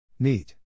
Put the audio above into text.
Neat